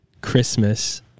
Christmas